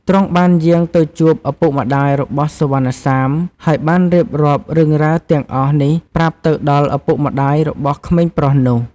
ទ្រង់បានយាងទៅជួបឪពុកម្ដាយរបស់សុវណ្ណសាម ហើយបានរៀបរាប់រឿងរ៉ាវទាំងអស់នេះប្រាប់ទៅដល់ឪពុកម្តាយរបស់ក្មេងប្រុសនោះ។